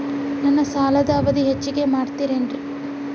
ನನ್ನ ಸಾಲದ ಅವಧಿ ಹೆಚ್ಚಿಗೆ ಮಾಡ್ತಿರೇನು?